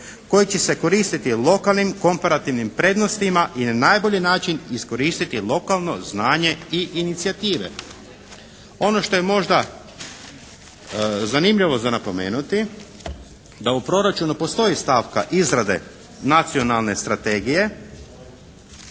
koji će se koristiti lokalnim komparativnim prednostima i na najbolji način iskoristiti lokalno znanje i inicijative. Ono što je možda zanimljivo za napomenuti da u proračunu postoji stavka izrade Nacionalne strategije